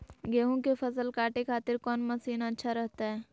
गेहूं के फसल काटे खातिर कौन मसीन अच्छा रहतय?